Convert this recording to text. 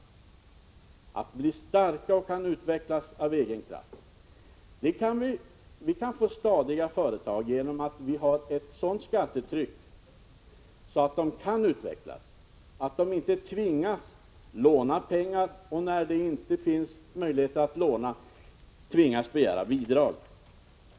Vi skulle kunna ha stadiga företag om vi hade ett sådant skattetryck att företagen kunde utvecklas och så att de inte tvingades att låna pengar. När det inte finns möjlighet att låna pengar tvingas de begära bidrag.